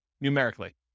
numerically